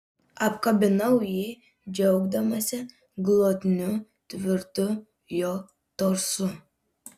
apkabinau jį džiaugdamasi glotniu tvirtu jo torsu